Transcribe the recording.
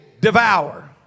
devour